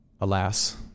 alas